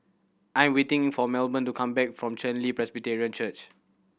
I am waiting for Melbourne to come back from Chen Li Presbyterian Church